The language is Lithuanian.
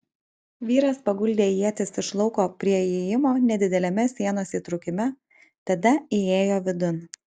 vyras paguldė ietis iš lauko prie įėjimo nedideliame sienos įtrūkime tada įėjo vidun